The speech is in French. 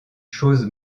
chose